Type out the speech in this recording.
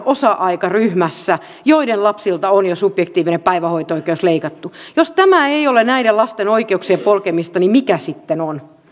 osa aikaryhmässä joiden lapsilta on jo subjektiivinen päivähoito oikeus leikattu jos tämä ei ole näiden lasten oikeuksien polkemista niin mikä sitten on